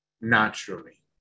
naturally